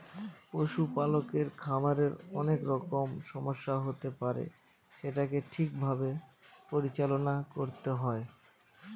পশুপালকের খামারে অনেক রকমের সমস্যা হতে পারে যেটাকে ঠিক ভাবে পরিচালনা করতে হয়